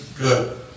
Good